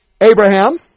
Abraham